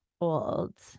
old